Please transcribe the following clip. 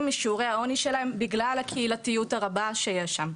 משיעורי העוני שלהם בגלל הקהילתיות הרבה שיש שם.